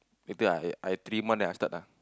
later I I I three month then I start ah